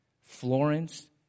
Florence